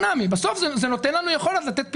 בסוף זה נותן לנו יכולת לתת פתרון.